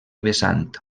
vessant